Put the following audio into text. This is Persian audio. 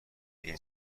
این